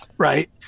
Right